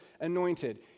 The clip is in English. anointed